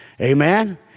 Amen